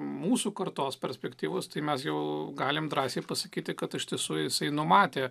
mūsų kartos perspektyvos tai mes jau galim drąsiai pasakyti kad iš tiesų jisai numatė